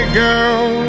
girl